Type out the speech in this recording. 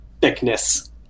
thickness